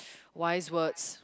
wise words